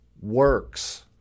works